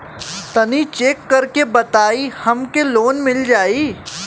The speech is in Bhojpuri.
तनि चेक कर के बताई हम के लोन मिल जाई?